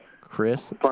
Chris